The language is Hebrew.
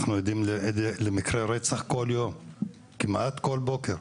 כל יום אנחנו עדים למקרי רצח, כמעט כל בוקר.